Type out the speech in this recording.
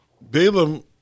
Balaam